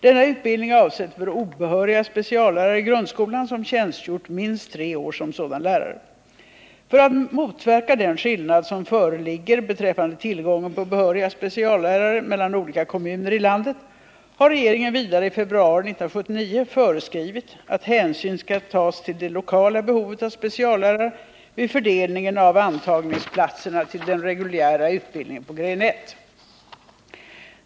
Denna utbildning är avsedd för obehöriga speciallärare i grundskolan som tjänstgjort minst tre år som sådan lärare. För att motverka den skillnad som föreligger beträffande tillgången på behöriga speciallärare mellan olika kommuner i landet har regeringen vidare i februari 1979 föreskrivit att hänsyn skall tas till det lokala behovet av speciallärare vid fördelningen av antagningsplatserna till den reguljära utbildningen på gren 1.